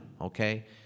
okay